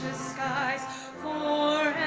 skies for